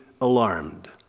alarmed